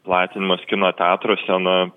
platinimas kino teatruose na